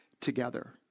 together